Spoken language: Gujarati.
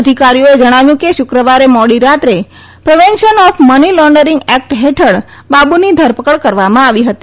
અધિકારીઓએ જણાવ્યું કે શુક્રવારે મોડી રાતે prevention of money laundering act હેઠળ બાબુની ધરપકડ કરવામાં આવી હતી